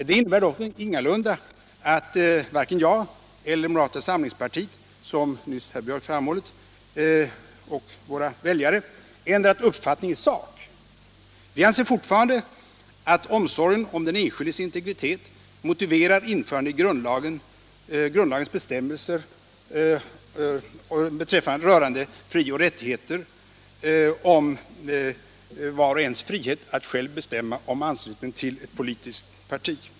Det innebär dock ingalunda att vare sig jag eller moderata samlingspartiet, som nyss herr Björck i Nässjö framhållit, eller våra väljare ändrat uppfattning i sak. Vi anser fortfarande att omsorgen om den enskildes integritet motiverar ett införande, i grundlagens bestämmelser om fri och rättigheter, av en bestämmelse om vars och ens frihet att själv bestämma om anslutningen till ett politiskt parti.